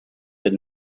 that